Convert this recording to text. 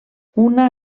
una